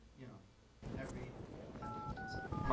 you know every ten fifteen seconds.